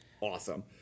awesome